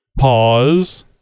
Pause